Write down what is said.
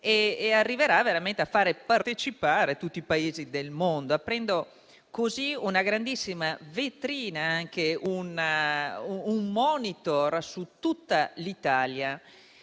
Arriveranno a far partecipare tutti i Paesi del mondo, aprendo così una grandissima vetrina e anche un *monitor* su tutta l'Italia,